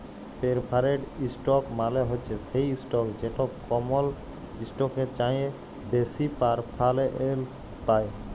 perforated ইসটক মালে হছে সেই ইসটক যেট কমল ইসটকের চাঁঁয়ে বেশি পেরফারেলস পায়